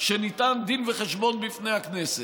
שניתן דין וחשבון לפני הכנסת.